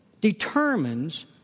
determines